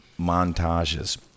montages